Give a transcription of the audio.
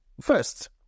first